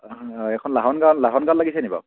এইখন লাহন গাঁও লাহান গাঁৱত লাগিছে নেকি বাৰু